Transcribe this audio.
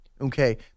okay